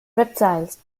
reptiles